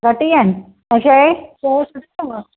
घटि ई आहिनि ऐं शइ शइ सुठी आहे हूअ